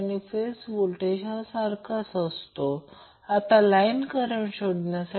जेव्हा phase voltage म्हणतो ते फेज टू न्यूट्रल असते